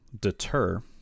deter